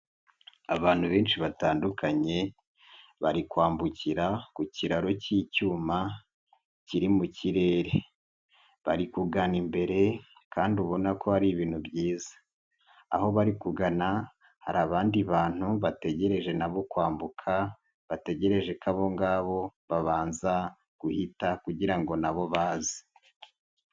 Abantu benshi batandukanye bari kwambukira ku kiraro k'icyuma kiri mu kirere, bari kugana imbere kandi ubona ko hari ibintu byiza. Aho bari kugana hari abandi bantu bategereje na bo kwambuka, bategereje ko abo ngabo babanza guhita kugira ngo na bo baze.